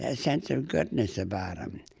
ah sense of goodness about him,